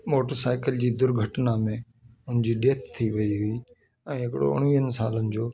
motor cycle जी दुर्घटना में उनजी डेथ थी वई हुई ऐं हिकिड़ो उणिवीहनि सालनि जो